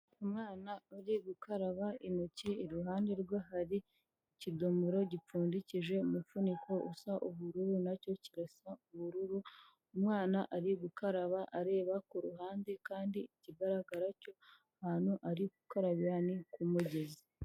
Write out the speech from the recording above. Umwana uri gukaraba intoki, iruhande rwe hari ikidumoro gipfundikije umufuniko usa ubururu nacyo kirasa ubururu, umwana ari gukaraba areba ku ruhande kandi ikigaragara cyo ahantu ari gukarabira ni ku mugezi.